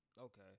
Okay